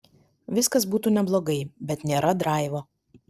viskas būtų neblogai bet nėra draivo